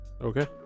Okay